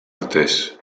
artés